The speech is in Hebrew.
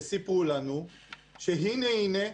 וסיפרו לנו שהנה הנה,